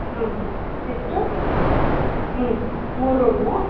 ಹ್ಞೂ ಎಷ್ಟು ಊಂ ಮೂರು ರೂಮು